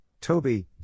Toby